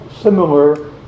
similar